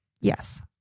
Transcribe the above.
Yes